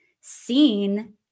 seen